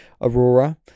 Aurora